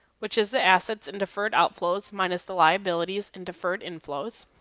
which is the assets and deferred outflows minus the liabilities and deferred inflows,